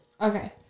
Okay